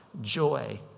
joy